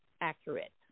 accurate